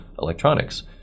electronics